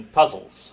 puzzles